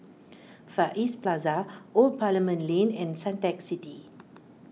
Far East Plaza Old Parliament Lane and Suntec City